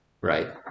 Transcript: right